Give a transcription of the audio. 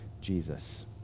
Jesus